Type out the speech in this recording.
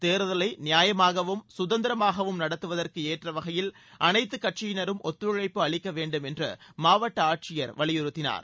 தேர்தலை நியாயமாகவும் சுதந்திரமாகவும் நடத்துவதற்கு ஏற்றவகையில் அனைத்துக் கட்சியினரும் ஒத்துழைப்பு அளிக்க வேண்டும் என்று மாவட்ட ஆட்சியர் வலியுறுத்தினார்